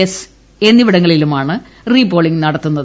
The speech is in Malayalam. എസ് എന്നിവടങ്ങളിലുമാണ് റീ പോളിംഗ് നടത്തുന്നത്